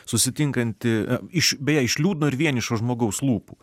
susitinkanti iš beje iš liūdno ir vienišo žmogaus lūpų